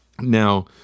Now